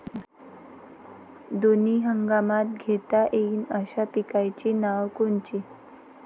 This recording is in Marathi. दोनी हंगामात घेता येईन अशा पिकाइची नावं कोनची?